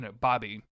Bobby